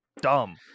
dumb